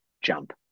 jump